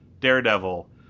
Daredevil